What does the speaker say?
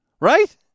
Right